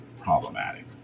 problematic